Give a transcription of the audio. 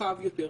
הרחב יותר.